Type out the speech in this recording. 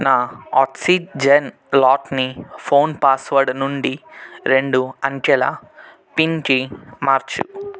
నా ఆక్సిజన్ లాట్ని phone password నుండి రెండు అంకెల పిన్కి మార్చు